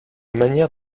manière